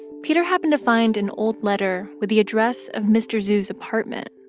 peter happened to find an old letter with the address of mr. zhu's apartment.